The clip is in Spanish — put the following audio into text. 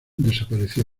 desapareció